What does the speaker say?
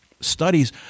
studies